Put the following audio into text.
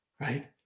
right